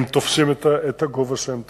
הם תופסים את הגובה שהם תופסים.